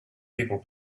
people